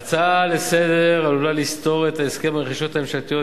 ההצעה עלולה לסתור את הסכם הרכישות הממשלתיות,